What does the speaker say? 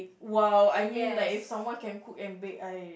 !wow! I mean like if someone can cook and bake I